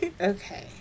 okay